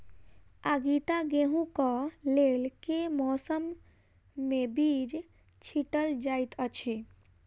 आगिता गेंहूँ कऽ लेल केँ मौसम मे बीज छिटल जाइत अछि?